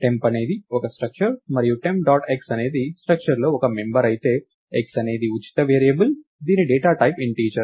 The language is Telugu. temp అనేది ఒక స్ట్రక్చర్ మరియు టెంప్ డాట్ x అనేది స్ట్రక్చర్లో ఒక మెంబర్ అయితే x అనేది ఉచిత వేరియబుల్ దీని డేటా టైప్ ఇంటిజర్